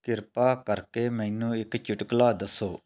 ਕਿਰਪਾ ਕਰਕੇ ਮੈਨੂੰ ਇੱਕ ਚੁਟਕਲਾ ਦੱਸੋ